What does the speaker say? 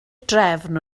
drefn